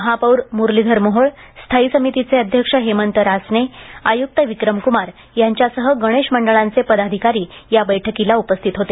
महापौर मुरलीधर मोहोळ स्थायी समितीचे अध्यक्ष हेमंत रासने आयुक्त विक्रमक्मार याच्यासह गणेश मंडळाचे पदाधिकारी बैठकीला उपस्थित होते